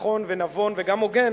נכון ונבון וגם הוגן,